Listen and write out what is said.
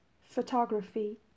photography